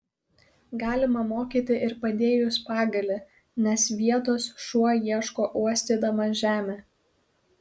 galima mokyti ir padėjus pagalį nes vietos šuo ieško uostydamas žemę